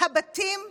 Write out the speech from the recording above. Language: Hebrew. הבתים והאנשים.